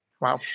Wow